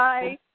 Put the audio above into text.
Bye